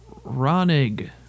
Ronig